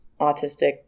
autistic